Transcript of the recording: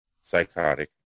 psychotic